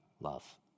Love